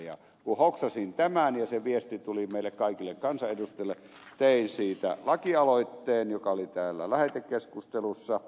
kun hoksasin tämän ja se viesti tuli meille kaikille kansanedustajille tein siitä lakialoitteen joka oli täällä lähetekeskustelussa